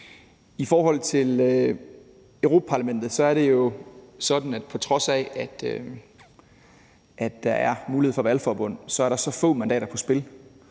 I forhold til Europa-Parlamentet er det jo sådan, at der, på trods af at der er en mulighed for valgforbund, er så få mandater på spil,